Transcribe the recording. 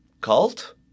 cult